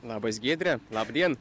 labas giedre labadien